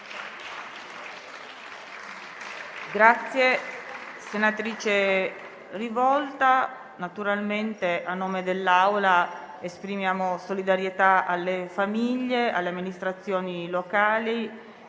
ringrazio, senatrice Rivolta. Naturalmente, a nome dell'Assemblea, esprimiamo solidarietà alle famiglie, alle amministrazioni locali